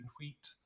wheat